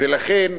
ולכן,